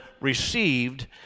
received